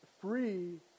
free